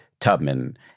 Tubman